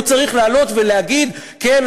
הוא צריך לעלות ולהגיד: כן,